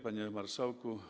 Panie Marszałku!